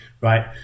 right